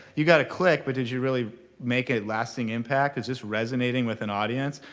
you got a click, but did you really make a lasting impact? is this resonating with an audience?